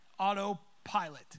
autopilot